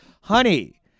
Honey